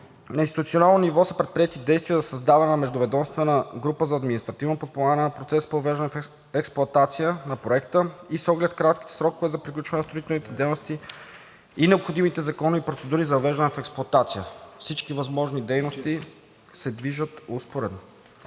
На институционално ниво са предприети действия за създаване на междуведомствена група за административно подпомагане на процеса по въвеждане в експлоатация на проекта и с оглед кратките срокове за приключване на строителните дейности и необходимите законови процедури за въвеждане в експлоатация. Всички възложени дейности се движат успоредно.